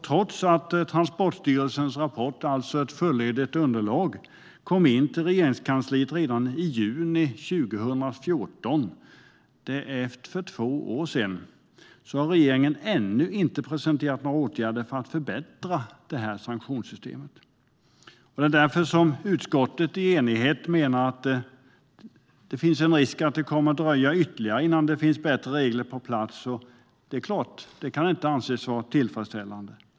Trots att Transportstyrelsens rapport, alltså ett fullödigt underlag, inkom till Regeringskansliet redan i juni 2014 - det var för två år sedan - har regeringen ännu inte presenterat några åtgärder för att förbättra sanktionssystemet. Det är därför ett enigt utskott menar att det finns risk att det kommer att dröja ytterligare innan det finns bättre regler på plats. Det kan såklart inte anses vara tillfredsställande.